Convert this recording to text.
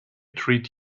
treat